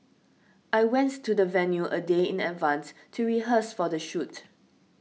I went to the venue a day in advance to rehearse for the shoot